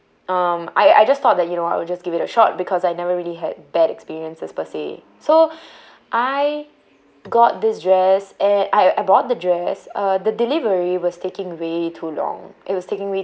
um I I just thought that you know I will just give it a shot because I never really had bad experiences per se so I got this dress and I I bought the dress uh the delivery was taking way too long it was taking way